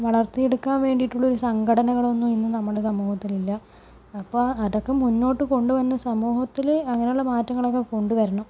വളർത്തിയെടുക്കാൻ വേണ്ടിയിട്ടുള്ള ഒരു സംഘടനകളൊന്നും ഇന്ന് നമ്മുടെ സമൂഹത്തിലില്ല അപ്പോൾ അതൊക്കെ മുന്നോട്ടു കൊണ്ടുവന്ന് സമൂഹത്തിൽ അങ്ങനെയുള്ള മാറ്റങ്ങളൊക്കെ കൊണ്ടുവരണം